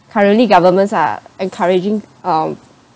currently governments are encouraging um